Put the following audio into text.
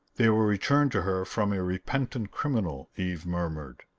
they were returned to her from a repentant criminal eve murmured.